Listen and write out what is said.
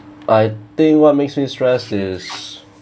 I think what makes me stress is